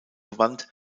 gewandt